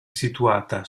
situata